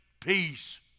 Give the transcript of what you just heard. peace